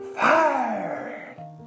fired